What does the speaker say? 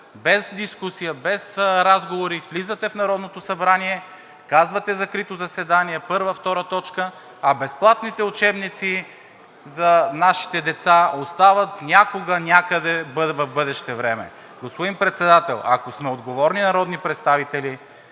без дискусия, без разговори влизате в Народното събрание и казвате: закрито заседание – първа, втора точка, а безплатните учебници за нашите деца остават някога и някъде в бъдеще време. Господин Председател, ако сме отговорни народни представители,